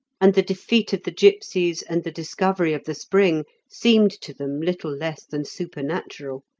and the defeat of the gipsies and the discovery of the spring seemed to them little less than supernatural.